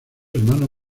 hermano